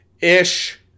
ish